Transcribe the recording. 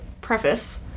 preface